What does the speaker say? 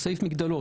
זה סעיף מגדלור.